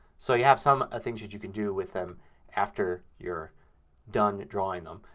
so you have some things that you can do with them after you're done drawing them.